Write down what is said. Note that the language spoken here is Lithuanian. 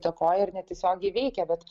įtakoja ir netiesiogiai veikia bet